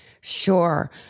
Sure